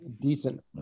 decent